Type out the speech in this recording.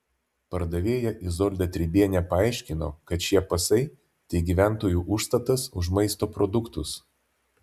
pardavėja izolda tribienė paaiškino kad šie pasai tai gyventojų užstatas už maisto produktus